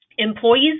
Employees